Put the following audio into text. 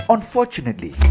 Unfortunately